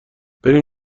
بریم